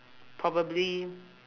probably